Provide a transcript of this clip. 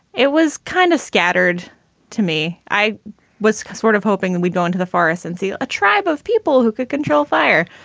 it was kind of scattered to me. i was sort of hoping that and we'd go into the forest and see a tribe of people who could control fire.